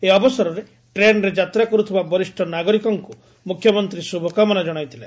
ଏହି ଅବସରରେ ଟ୍ରେନ୍ରେ ଯାତ୍ରା କରୁଥିବା ବରିଷ୍ ନାଗରିକଙ୍କୁ ମୁଖ୍ୟମନ୍ତୀ ଶୁଭକାମନା ଜଶାଇଥିଲେ